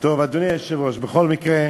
אדוני היושב-ראש, בכל מקרה,